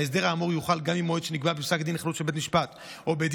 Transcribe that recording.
ההסדר האמור יחול גם על מועד שנקבע בפסק דין חלוט של בית משפט או בית